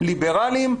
ליברלים,